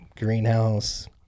greenhouse